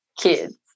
kids